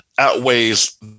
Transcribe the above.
outweighs